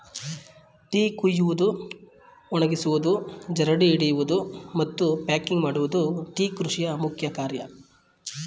tea ಕುಯ್ಯುವುದು, ಒಣಗಿಸುವುದು, ಜರಡಿ ಹಿಡಿಯುವುದು, ಮತ್ತು ಪ್ಯಾಕಿಂಗ್ ಮಾಡುವುದು ಟೀ ಕೃಷಿಯ ಮುಖ್ಯ ಕಾರ್ಯ